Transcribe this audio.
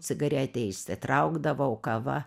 cigaretę išsitraukdavau kava